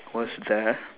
was there